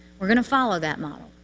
are going to follow that model.